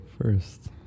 first